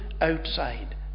outside